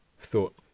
thought